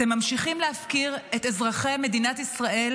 אתם ממשיכים להפקיר את אזרחי מדינת ישראל